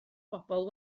bobl